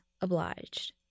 obliged